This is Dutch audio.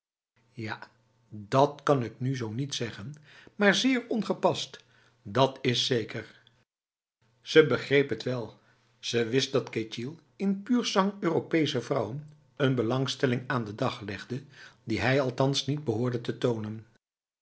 ja dat kan ik nu zo niet zeggen maar zeer ongepast dat is zekerf zij begreep het wel ze wist dat ketjil in pur sang europese vrouwen een belangstelling aan den dag legde die hij althans niet behoorde te tonen